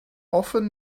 often